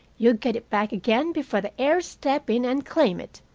you'll get it back again before the heirs step in and claim it.